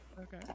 Okay